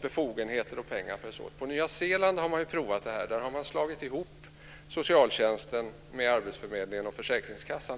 befogenheter och pengar följs åt. På Nya Zeeland har man provat detta. Man har där slagit ihop socialtjänsten med arbetsförmedling och försäkringskassa.